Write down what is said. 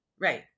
Right